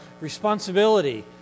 responsibility